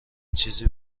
چیزی